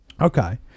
Okay